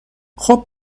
خوب